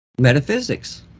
metaphysics